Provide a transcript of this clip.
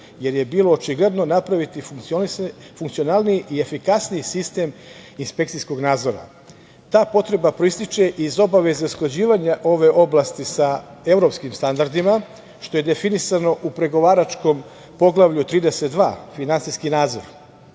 jer je bilo očigledno napraviti funkcionalniji i efikasniji sistem inspekcijskog nadzora. Ta potreba proističe iz obaveze usklađivanja ove oblasti sa evropskim standardima, što je definisano u pregovaračkom poglavlju 32 – finansijski nadzor,